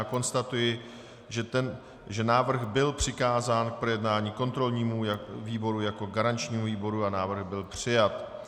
Konstatuji, že návrh byl přikázán k projednání kontrolnímu výboru jako garančnímu výboru a návrh byl přijat.